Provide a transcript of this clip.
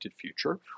future